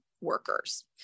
workers